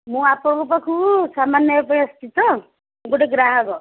ମୁଁ ଆପଣଙ୍କ ପାଖକୁ ସାମାନ୍ ନେବାପାଇଁ ଆସଛି ତ ଗୋଟେ ଗ୍ରାହକ